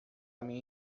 minha